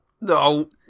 No